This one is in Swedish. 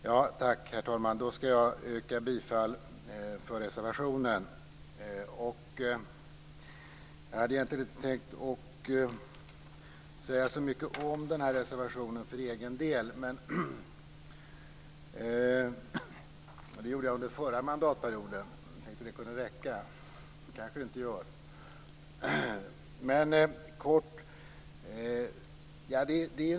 Herr talman! Jag yrkar bifall till reservationen. Jag hade egentligen inte tänkt säga så mycket om den här reservationen för egen del, eftersom jag gjorde det under den förra mandatperioden. Jag tänkte att det kunde räcka, men det kanske det inte gör.